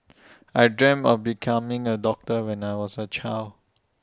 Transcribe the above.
I dreamt of becoming A doctor when I was A child